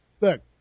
look